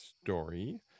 story